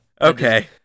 Okay